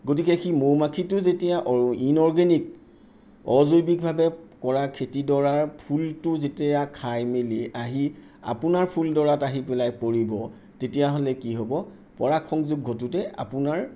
গতিকে সেই মৌ মাখিটো যেতিয়া অ ইনঅৰ্গেনিক অজৈৱিকভাৱে কৰা খেতিডৰাৰ ফুলটো যেতিয়া খাইমেলি যেতিয়া আহি আপোনাৰ ফুলডৰাত আহি পেলাই পৰিব তেতিয়াহ'লে কি হ'ব পৰাগ সংযোগ ঘটোঁতে আপোনাৰ